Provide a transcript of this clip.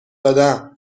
دادم